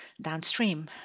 downstream